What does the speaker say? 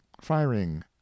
firing